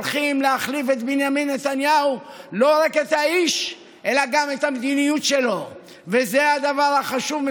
ולוקחת את העם הזה לבחירות רק בגלל דבר אחד: כי אזרח אחד